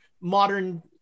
modern